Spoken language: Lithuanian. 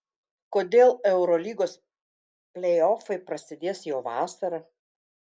kodėl eurolygos pleiofai prasidės jau vasarą